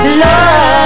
love